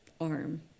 arm